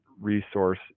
resource